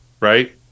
right